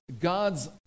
God's